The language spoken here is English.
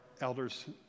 elders